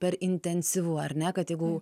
per intensyve ar ne kad jeigu